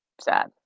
sad